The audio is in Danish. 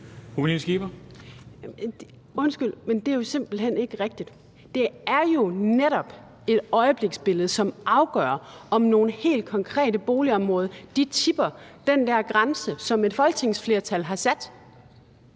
Undskyld, men det er jo simpelt hen ikke rigtigt. Det er jo netop et øjebliksbillede, som afgør, om nogle helt konkrete boligområder tipper i forhold til den der grænse, som et folketingsflertal har sat,